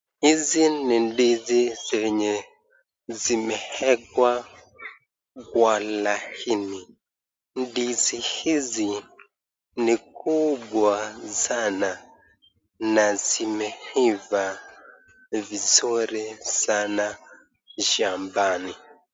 Hizi ni ndizi zenye zimewekwa kwa laini. Ndizi hizi ni kubwa sana na zimeiva vizuri sana shambani.